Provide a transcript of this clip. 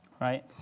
right